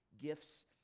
gifts